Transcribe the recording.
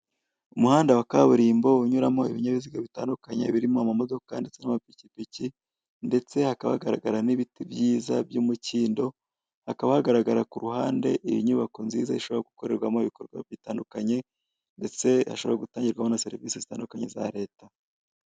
Umuhanda wa kaburimbo unyuramo ibinyabiziga bitandukanye birimo amamodoka ndetse n'amapikipiki ndetse hakaba hagaragara n'ibiti byiza by'umukindo, hakaba hagaragara ku ruhande inyubako nziza ishobora gukorerwamo ibikorwa bitandukanye ndetse hashobora gutangirwamo na serivisi zitandukanye za Leta.